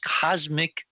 cosmic